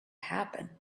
happen